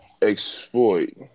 Exploit